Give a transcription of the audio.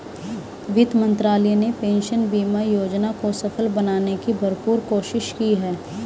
वित्त मंत्रालय ने पेंशन बीमा योजना को सफल बनाने की भरपूर कोशिश की है